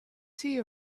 tea